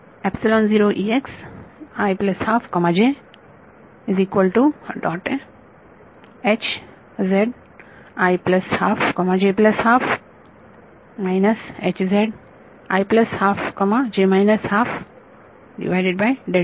बरोबर दोन पॉईंट मधला फरक